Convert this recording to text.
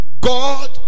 god